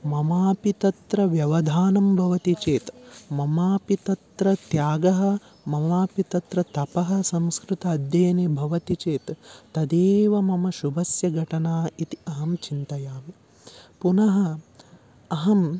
ममापि तत्र व्यवधानं भवति चेत् ममापि तत्र त्यागः ममापि तत्र तपः संस्कृत अध्ययने भवति चेत् तदेव मम शुभस्य घटना इति अहं चिन्तयामि पुनः अहं